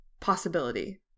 possibility